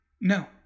No